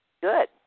Good